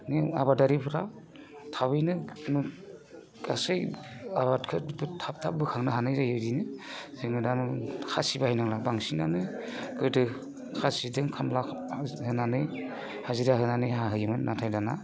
नों आबादारिफोरा थाबैनो गासै आबादखौ थाब थाब बोखांनो हानाय जायो बिदिनो जोङो दा खासि बाहायनांला बांसिनानो गोदो खासिजों खामला होनानै हाजिरा होनानै हाहोयोमोन नाथाय दानिया